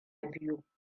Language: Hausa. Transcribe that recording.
biyu